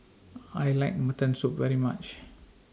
I like Mutton Soup very much